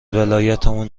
ولایتمون